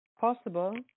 possible